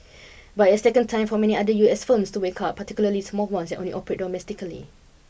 but it has taken time for many other U S firms to wake up particularly small ones that only operate domestically